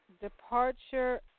Departure